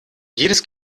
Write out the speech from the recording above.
jedes